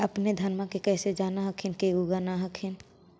अपने धनमा के कैसे जान हखिन की उगा न हखिन?